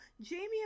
Jamie